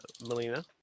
Melina